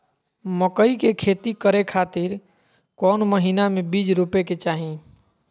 मकई के खेती करें खातिर कौन महीना में बीज रोपे के चाही?